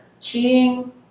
cheating